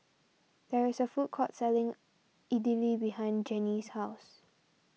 there is a food court selling Idili behind Genie's house